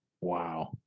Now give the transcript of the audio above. Wow